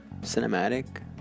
cinematic